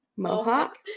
Mohawk